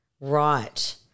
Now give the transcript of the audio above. Right